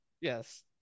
Yes